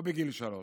או בגיל שלוש.